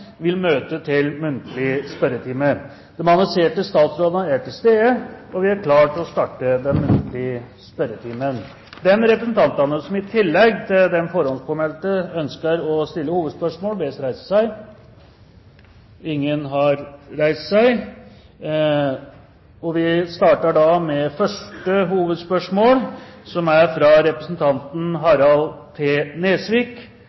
vil møte til muntlig spørretime: statsråd Liv Signe Navarsete statsråd Trond Giske statsråd Erik Solheim De annonserte statsrådene er til stede, og vi er klare til å starte den muntlige spørretimen. De representanter som i tillegg til de forhåndspåmeldte ønsker å stille hovedspørsmål, bes om å reise seg. – Ingen har reist seg. Vi starter da med første hovedspørsmål, fra representanten